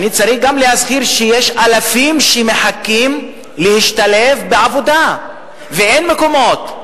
אני צריך גם להסביר שיש אלפים שמחכים להשתלב בעבודה ואין מקומות.